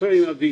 עשו עם אבי.